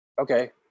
okay